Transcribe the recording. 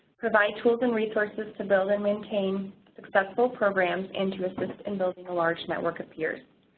provide tools and resources to build and maintain successful programs, and to assist in building a large network appearance.